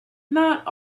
not